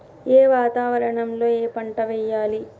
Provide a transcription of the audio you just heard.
ఏ వాతావరణం లో ఏ పంట వెయ్యాలి?